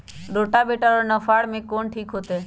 Rotavator और नौ फ़ार में कौन ठीक होतै?